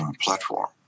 platform